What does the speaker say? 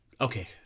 okay